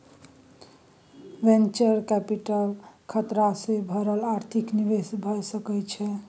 venture capital खतरा सँ भरल आर्थिक निवेश भए सकइ छइ